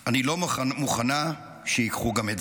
אני לא מוכנה שייקחו גם את זה,